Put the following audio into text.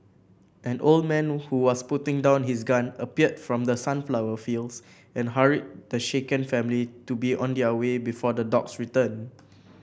an old man who was putting down his gun appeared from the sunflower fields and hurried the shaken family to be on their way before the dogs return